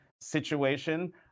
situation